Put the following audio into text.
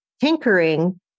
tinkering